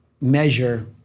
measure